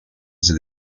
casa